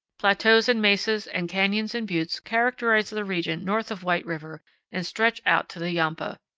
plateaus and mesas and canyons and buttes characterize the region north of white river and stretch out to the yampa.